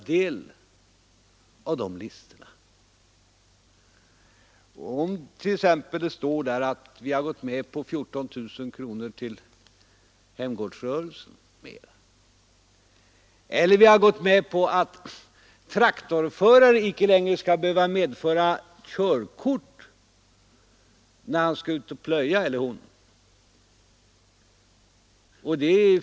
Där står t.ex. att vi gått med på att ytterligare 14 000 kronor anslås till hemgårdsrörelsen eller att traktorförare inte längre behöver medföra körkort vid plöjning.